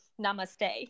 namaste